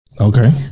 Okay